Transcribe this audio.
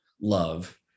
love